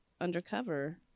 undercover